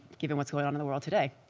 given what's going on in the world today.